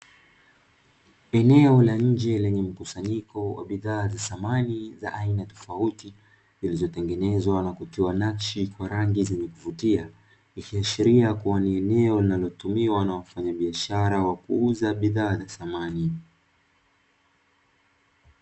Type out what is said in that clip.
Eneo la nje lenye mkusanyiko wa bidhaa za samani za aina tofauti zilizotengenezwa na kutiwa nakshi kwa rangi zenye kuvutia, likiashiria kuwa ni eneo linalotumiwa na wafanyabiashara wa kuuza bidhaa za samani.